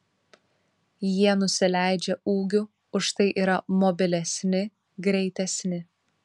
jie nusileidžia ūgiu užtai yra mobilesni greitesni